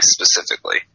specifically